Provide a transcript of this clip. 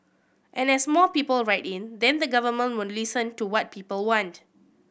and as more people write in then the Government will listen to what people want